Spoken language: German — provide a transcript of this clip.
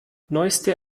neueste